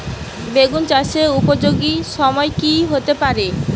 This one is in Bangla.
বেগুন চাষের উপযোগী সময় কি হতে পারে?